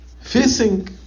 Facing